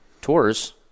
tours